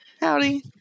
Howdy